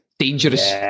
Dangerous